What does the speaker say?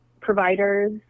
providers